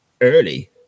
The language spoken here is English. early